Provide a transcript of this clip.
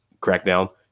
Crackdown